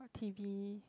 t_v